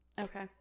Okay